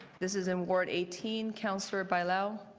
this is in ward eighteen. councillor bailao?